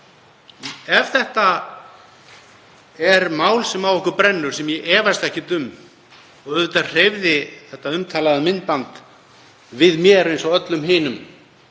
Ef þetta er mál sem á okkur brennur, sem ég efast ekkert um, — og auðvitað hreyfði þetta umtalaða myndband við mér eins og öllum hinum